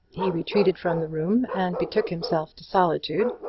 he retreated from the room and betook himself to solitude,